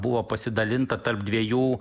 buvo pasidalinta tarp dviejų